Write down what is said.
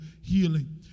healing